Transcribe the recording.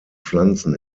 pflanzen